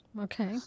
Okay